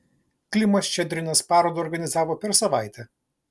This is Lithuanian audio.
klimas ščedrinas parodą organizavo per savaitę